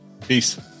Peace